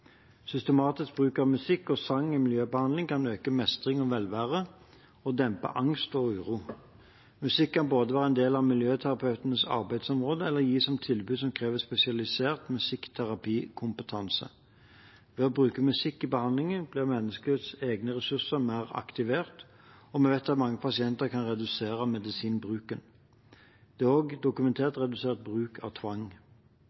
Systematisk bruk av musikk og sang i miljøbehandling kan øke mestring og velvære og dempe angst og uro. Musikk kan både være en del av miljøterapeutenes arbeidsområde og gis som et tilbud som krever spesialisert musikkterapikompetanse. Ved å bruke musikk i behandlingen blir menneskers egne ressurser mer aktivert, og vi vet at mange pasienter kan redusere medisinbruken. Det er